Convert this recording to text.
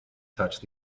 touched